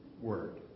word